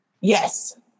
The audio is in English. Yes